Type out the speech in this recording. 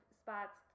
spots